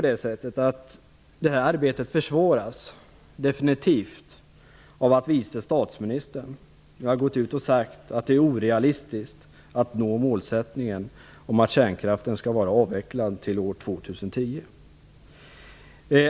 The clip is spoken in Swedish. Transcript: Detta arbete försvåras definitivt av att vice statsministern nu har gått ut och sagt att det är orealistiskt att nå målsättningen att kärnkraften skall vara avvecklad till år 2010.